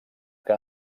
que